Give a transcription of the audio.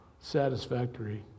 satisfactory